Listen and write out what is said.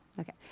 Okay